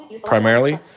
primarily